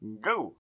go